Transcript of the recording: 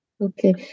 Okay